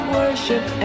worship